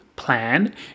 plan